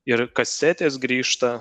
ir kasetės grįžta